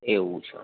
એવું છે